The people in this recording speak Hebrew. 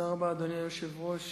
תודה רבה, אדוני היושב-ראש